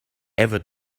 ever